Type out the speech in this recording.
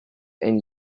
and